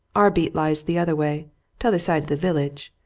our beats lie the other way t'other side of the village.